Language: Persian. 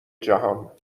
جهان